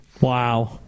Wow